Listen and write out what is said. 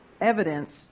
evidence